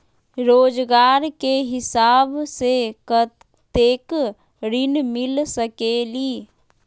रोजगार के हिसाब से कतेक ऋण मिल सकेलि?